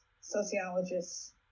sociologists